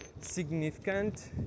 significant